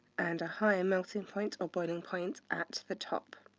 and a higher melting point or boiling point at the top.